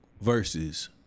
versus